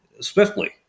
swiftly